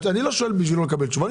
אני לא שואל בשביל לא לקבל תשובה.